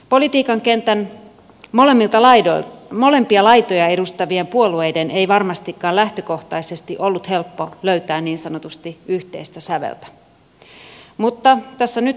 politiikan kentän molempia laitoja edustavien puolueiden ei varmastikaan lähtökohtaisesti ollut helppo löytää niin sanotusti yhteistä säveltä mutta tässä nyt ollaan